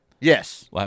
Yes